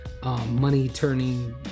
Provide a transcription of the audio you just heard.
Money-turning